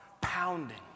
pounding